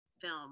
film